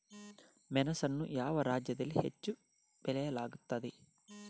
ಮೆಣಸನ್ನು ಯಾವ ರಾಜ್ಯದಲ್ಲಿ ಹೆಚ್ಚು ಬೆಳೆಯಲಾಗುತ್ತದೆ?